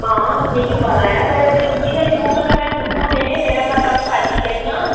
हां मिगी पता ऐ पर अगर मिगी गै निं थ्होङन तां में कु'त्थुआं देने मेरा खाता बी खाल्ली ऐ इ'यां